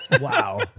Wow